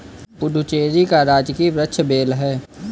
पुडुचेरी का राजकीय वृक्ष बेल है